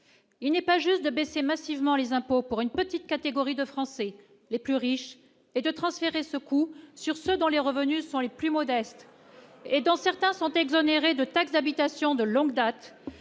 il n'est pas juste de baisser massivement les impôts pour une petite catégorie de Français les plus riches et de transférer ce coup sur ce dont les revenus sont les plus modestes et dont certains sont exonérés de taxe d'habitation, de longue date